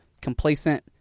complacent